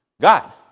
God